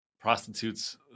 prostitutes